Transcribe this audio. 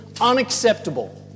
unacceptable